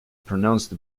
pronounced